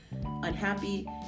unhappy